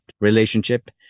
relationship